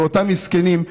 ואותם מסכנים,